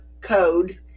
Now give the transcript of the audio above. code